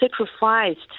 sacrificed